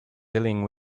dealing